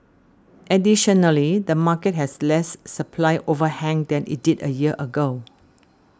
additionally the market has less supply overhang than it did a year ago